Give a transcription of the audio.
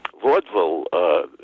vaudeville